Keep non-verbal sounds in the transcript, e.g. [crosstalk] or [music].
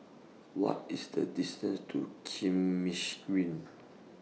What IS The distance to Kismis Green [noise]